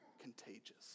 contagious